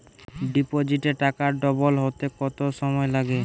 ডিপোজিটে টাকা ডবল হতে কত সময় লাগে?